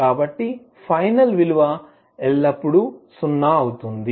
కాబట్టి ఫైనల్ విలువ ఎల్లప్పుడూ సున్నా అవుతుంది